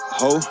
ho